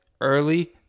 early